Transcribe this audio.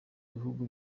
bihugu